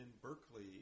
Berkeley